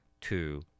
two